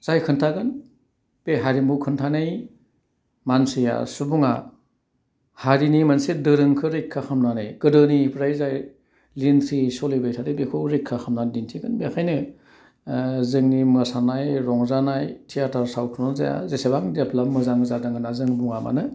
जाय खिनथागोन बे हारिमु खिनथानाय मानसिया सुबुङा हारिनि मोनसे दोरोंखौ रैखा खालामनानै गोदोनिफ्राय जाय लिनस्रियै सोलिबाय थादों बेखौ रैखा खालामनानै दिन्थिगोन बेखायनो जोंनि मोसानाय रंजानाय थियेटार सावथुनानो जा जेसेबां देब्लाब मोजां जादों होन्ना जों बुङा मानो